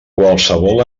qualsevol